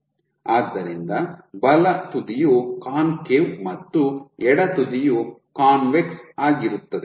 ಆದ್ದರಿಂದ ಬಲ ತುದಿಯು ಕಾನ್ಕೇವ್ ಮತ್ತು ಎಡ ತುದಿಯು ಕಾನ್ವೆಕ್ಸ್ ಆಗಿರುತ್ತದೆ